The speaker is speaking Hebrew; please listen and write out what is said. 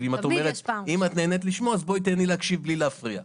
בלי להפריע.